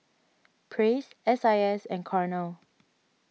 Praise S I S and Cornell